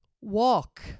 Walk